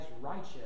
righteous